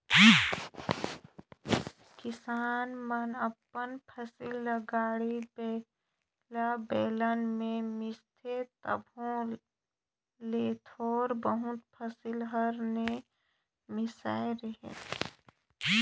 किसान मन अपन फसिल ल गाड़ी बइला, बेलना मे मिसथे तबो ले थोर बहुत फसिल हर नी मिसाए रहें